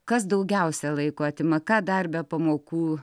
kas daugiausiai laiko atima ką dar be pamokų